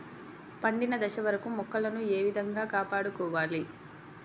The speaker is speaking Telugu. పండిన దశ వరకు మొక్కలను ఏ విధంగా కాపాడుకోవాలి?